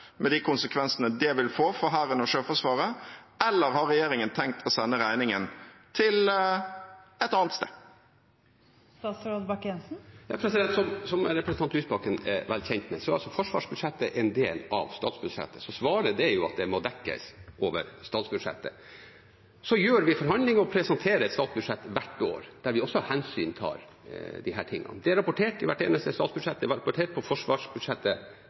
med de konsekvensene det vil få for Hæren og Sjøforsvaret, eller har regjeringen tenkt å sende regningen et annet sted? Som representanten Lysbakken er vel kjent med, er forsvarsbudsjettet en del av statsbudsjettet, så svaret er at det må dekkes over statsbudsjettet. Så gjør vi forhandlinger og presenterer et statsbudsjett hvert år der vi også hensyntar disse tingene. Det er rapportert i hvert eneste statsbudsjett, det er rapportert på forsvarsbudsjettet